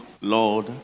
Lord